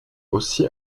aussi